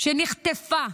שנחטפה